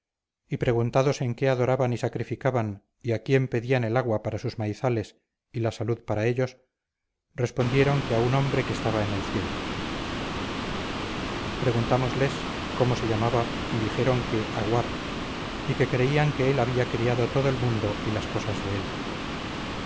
y preguntados en qué adoraban y sacrificaban y a quién pedían el agua para sus maizales y la salud para ellos respondieron que a un hombre que estaba en el cielo preguntámosles cómo se llamaba y dijeron que aguar y que creían que él había criado todo el mundo y las cosas de él